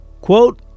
Quote